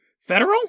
federal